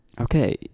Okay